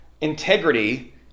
integrity